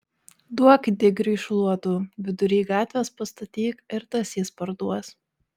duok digriui šluotų vidury gatvės pastatyk ir tas jis parduos